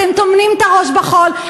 אתם טומנים את הראש בחול,